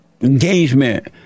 engagement